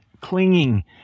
clinging